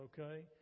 okay